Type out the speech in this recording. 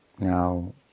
now